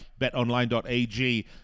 betonline.ag